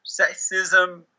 sexism